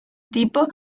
tipo